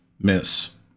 miss